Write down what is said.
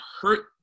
hurt